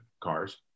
cars